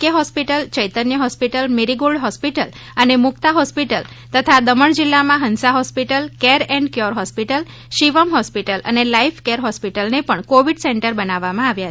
કે hospital Chaitanya hospital Marigold hospital અને Mukta hospital તથા દમણ જિલ્લામાં Hansa hospital Care and Cure hospital Shivam hospital અને લાઈફ કેર હોસ્પિટલને પણ કોવિડ સેન્ટર બનાવવામાં આવ્યા છે